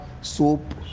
soap